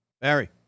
Barry